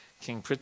King